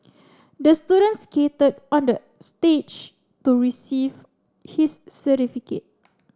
the student skated on the stage to receive his certificate